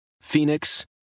Phoenix